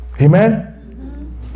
Amen